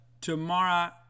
tomorrow